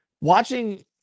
watching